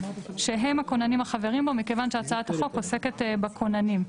שהם הכוננים החברים בו מכיוון שהצעת החוק עוסקת בכוננים.